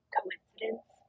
coincidence